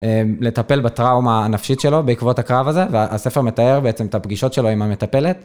לטפל בטראומה הנפשית שלו בעקבות הקרב הזה, והספר מתאר בעצם את הפגישות שלו עם המטפלת.